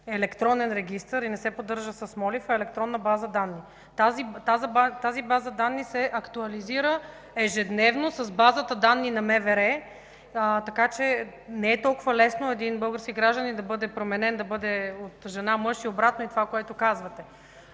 електронен регистър и не се поддържа с молив, а е електронна база данни. Тази база данни се актуализира ежедневно с базата данни на МВР, така че не е толкова лесно един български гражданин да бъде променен от жена – мъж и обратно, и това, което казвате.